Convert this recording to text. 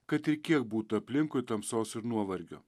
kad ir kiek būtų aplinkui tamsos ir nuovargio